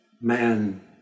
man